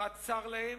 בצר לה,